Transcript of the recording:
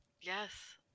Yes